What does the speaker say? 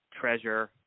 treasure